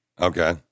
Okay